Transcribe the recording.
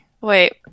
Wait